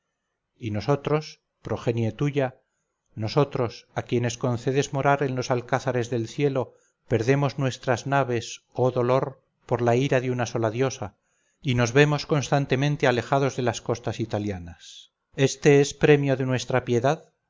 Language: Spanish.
y nosotros progenie tuya nosotros a quienes concedes morar en los alcázares del cielo perdemos nuestras naves oh dolor por la ira de una sola diosa y nos vemos constantemente alejados de las costas italianas este es premio de nuestra piedad